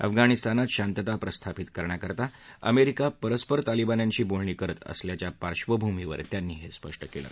अफगाणिस्तानात शांतता प्रस्थापित करण्याकरता अमरिक्रिा परस्पर तालिबान्यांशी बोलणी करत असल्याच्या पार्वभूमीवर त्यांनी हस्पिष्ट कलि